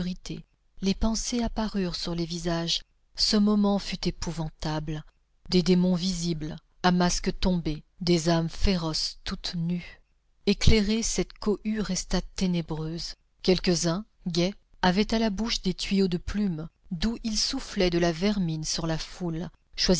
les pensées apparurent sur les visages ce moment fut épouvantable des démons visibles à masques tombés des âmes féroces toutes nues éclairée cette cohue resta ténébreuse quelques-uns gais avaient à la bouche des tuyaux de plume d'où ils soufflaient de la vermine sur la foule